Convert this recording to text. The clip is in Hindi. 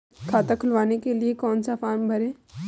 खाता खुलवाने के लिए कौन सा फॉर्म भरें?